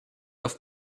auf